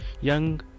young